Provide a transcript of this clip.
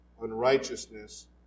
unrighteousness